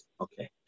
Okay